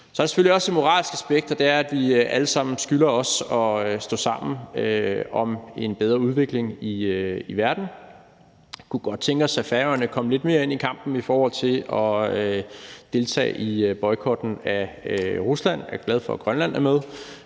Så er der selvfølgelig også et moralsk aspekt, og det er, at vi alle sammen skylder at stå sammen om en bedre udvikling i verden. Vi kunne godt tænke os, at Færøerne kom lidt mere ind i kampen i forhold til at deltage i boykotten af Rusland. Jeg er glad for, at Grønland er med,